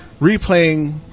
replaying